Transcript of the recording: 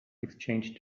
exchanged